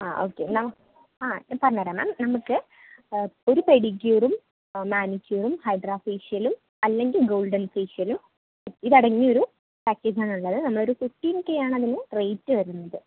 ആ ഓക്കെ നം ആ പറഞ്ഞ് തരാം മാം നമുക്ക് ഒരു പെഡിക്യൂറും മാനിക്യൂറും ഹൈഡ്രാ ഫേഷ്യലും അല്ലെങ്കിൽ ഗോൾഡൻ ഫേഷ്യലും ഇതടങ്ങിയൊരു പാക്കേജ് ആണുള്ളത് നമ്മളൊരു ഫിഫ്റ്റീൻ കെ ആണതിന് റേറ്റ് വരുന്നത്